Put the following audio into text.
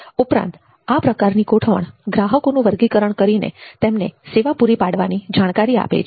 ઉપરાંત આ પ્રકારની ગોઠવણ ગ્રાહકોનું વર્ગીકરણ કરીને તેમને સેવા પૂરી પાડવાની જાણકારી આપે છે